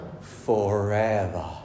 forever